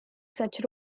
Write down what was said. such